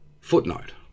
Footnote